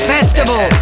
Festival